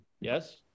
Yes